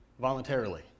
voluntarily